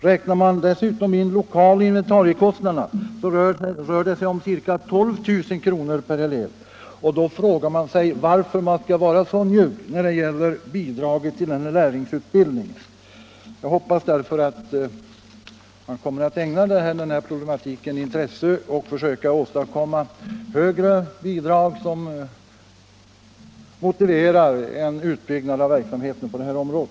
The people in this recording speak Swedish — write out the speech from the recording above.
Räknar man dessutom in lokaloch inventariekostnaderna rör det sig om ca 12 000 kr. per elev. Jag frågar mig då varför man skall vara så njugg när det gäller bidraget till lärlingsutbildningen. Jag hoppas att man skall ägna detta problem intresse och försöka åstadkomma högre bidrag som motiverar en utbyggnad av verksamheten på detta område.